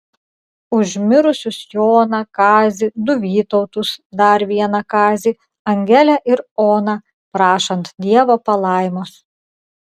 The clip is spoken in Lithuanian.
už mirusius joną kazį du vytautus dar vieną kazį angelę ir oną prašant dievo palaimos